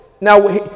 Now